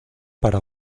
para